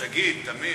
שגית, טמיר.